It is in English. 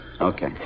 Okay